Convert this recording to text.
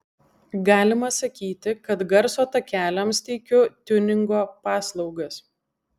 galima sakyti kad garso takeliams teikiu tiuningo paslaugas